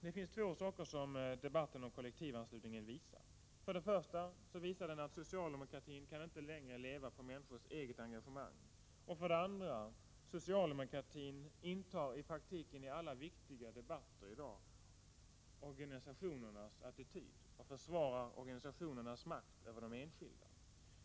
Det finns två saker som debatten om kollektivanslutningen visar. För det första visar den att socialdemokratin inte längre kan leva på människors eget engagemang. För det andra visar den att socialdemokratin i praktiken i alla viktiga debatter intar organisationernas attityd och försvarar organisationernas makt över de enskilda.